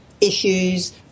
issues